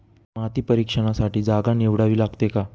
माती परीक्षणासाठी जागा निवडावी लागते का?